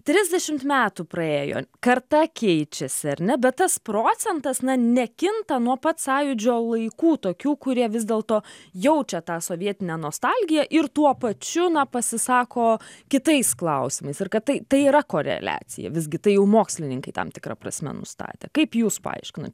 trisdešimt metų praėjo karta keičiasi ar ne bet tas procentas nekinta nuo pat sąjūdžio laikų tokių kurie vis dėlto jaučia tą sovietinę nostalgiją ir tuo pačiu pasisako kitais klausimais ir kad tai tai yra koreliacija visgi tai jau mokslininkai tam tikra prasme nustatė kaip jūs paaiškinat